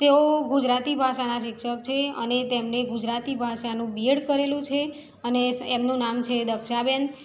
તેઓ ગુજરાતી ભાષાનાં શિક્ષક છે અને તેમણે ગુજરાતી ભાષાનું બી એડ કરેલું છે અને સ એમનું નામ છે દક્ષાબેન